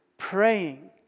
Praying